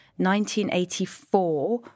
1984